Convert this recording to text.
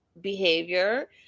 behavior